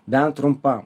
bent trumpam